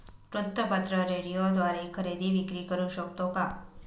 वृत्तपत्र, रेडिओद्वारे खरेदी विक्री करु शकतो का?